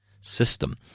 system